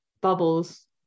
bubbles